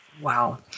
Wow